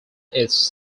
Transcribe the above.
its